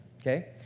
okay